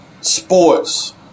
Sports